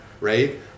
right